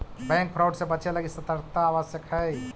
bank fraud से बचे लगी सतर्कता अत्यावश्यक हइ